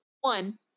One